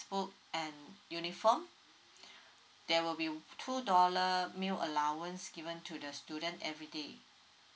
and uniform there will be two dollar meal allowance given to the student everyday